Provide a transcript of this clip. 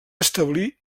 establir